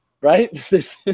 right